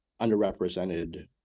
underrepresented